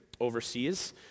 overseas